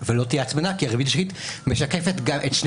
ולא תהיה הצמדה כי הריבית השקלית משקפת את שני